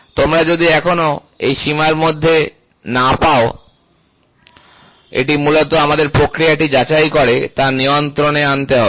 তোমরা যদি এখনও এই সীমার মধ্যে না পাও তবে এটি মূলত আমাদের প্রক্রিয়াটি যাচাই করে তা নিয়ন্ত্রণে আনতে হবে